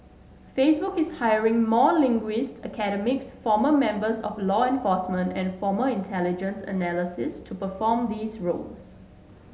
Facebook is hiring more linguists academics former members of law enforcement and former intelligence analysts to perform these roles